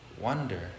wonder